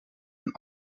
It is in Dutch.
een